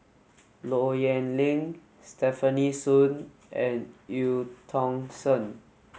Low Yen Ling Stefanie Sun and Eu Tong Sen